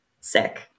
sick